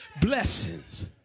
blessings